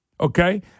Okay